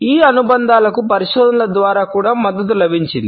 ఈ అనుబంధాలకు పరిశోధనల ద్వారా కూడా మద్దతు లభించింది